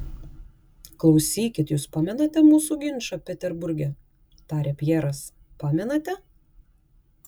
klausykit jus pamenate mūsų ginčą peterburge tarė pjeras pamenate